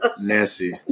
Nancy